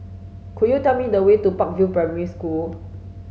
could you tell me the way to Park View Primary School